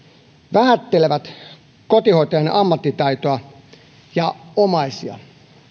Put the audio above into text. vähättelevät kotihoitajien ammattitaitoa ja omaisia